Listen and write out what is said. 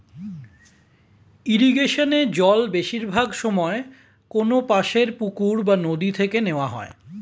ইরিগেশনে জল বেশিরভাগ সময়ে কোনপাশের পুকুর বা নদি থেকে নেওয়া হয়